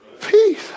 peace